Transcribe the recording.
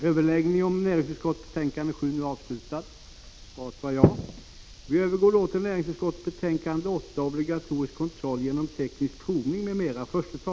Kammaren övergår nu till att debattera näringsutskottets betänkande 8 om förslag till lag om obligatorisk kontroll genom teknisk provning m.m.